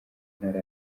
ntara